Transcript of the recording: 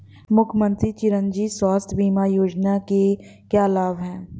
मुख्यमंत्री चिरंजी स्वास्थ्य बीमा योजना के क्या लाभ हैं?